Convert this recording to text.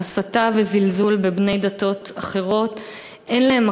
ההסתה והזלזול בבני דתות אחרות אין להם